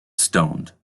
stoned